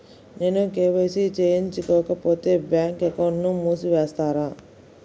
నేను కే.వై.సి చేయించుకోకపోతే బ్యాంక్ అకౌంట్ను మూసివేస్తారా?